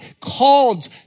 called